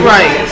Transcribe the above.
Right